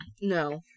No